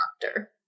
doctor